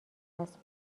است